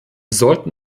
sollten